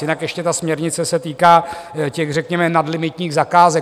Jinak ještě ta směrnice se týká těch, řekněme, nadlimitních zakázek.